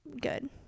good